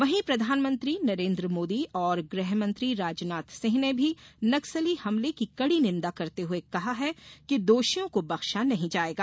वहीं प्रधानमंत्री नरेन्द्र मोदी और गृह मंत्री राजनाथ सिंह ने भी नक्सली हमले की कड़ी निंदा करते हुए कहा है कि दोषियों को बख्शा नहीं जायेगा